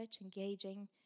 engaging